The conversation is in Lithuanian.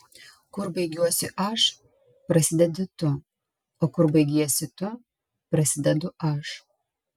kur baigiuosi aš prasidedi tu o kur baigiesi tu prasidedu aš